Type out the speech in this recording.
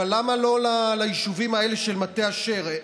אבל למה לא ליישובים האלה של מטה אשר?